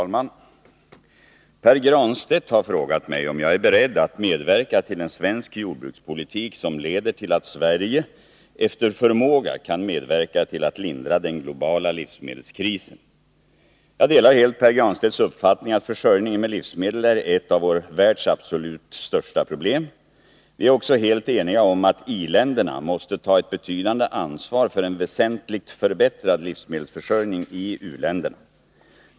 Fru talman! Pär Granstedt har frågat mig om jag är beredd att medverka till en svensk jordbrukspolitik som leder till att Sverige, efter förmåga, kan medverka till att lindra den globala livsmedelskrisen. Jag delar helt Pär Granstedts uppfattning att försörjningen med livsmedel är ett av vår världs absolut största problem. Vi är också helt eniga om att i-länderna måste ta ett betydande ansvar för en väsentligt förbättrad livsmedelsförsörjning i u-länderna.